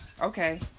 Okay